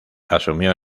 asumió